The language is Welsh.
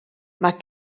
mae